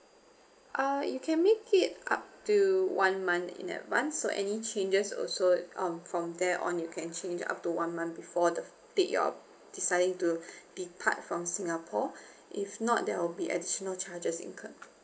uh you can make it up to one month in advance so any changes also um from there on you can change up to one month before the date you're deciding to depart from singapore if not there will be additional charges incurred